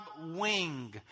wing